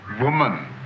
woman